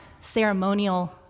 ceremonial